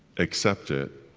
accept it